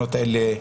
שהתקנות האלה,